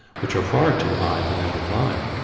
which are far too high for them to climb.